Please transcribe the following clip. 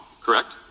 correct